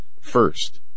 first